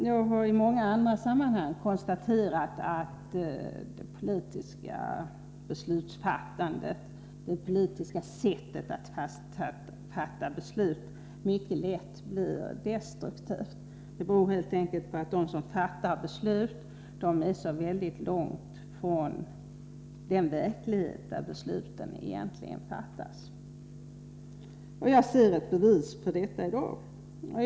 Jag har i många andra sammanhang konstaterat att det politiska beslutsfattandet — det politiska sättet att fatta beslut — mycket lätt blir destruktivt. Det beror helt enkelt på att de som fattar beslut är så långt från den verklighet som berörs av besluten. Jag ser ett bevis på detta i dag.